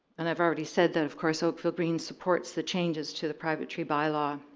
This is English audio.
and i've already said that, of course, oakville green supports the changes to the private tree by law.